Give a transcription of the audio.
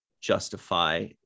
justify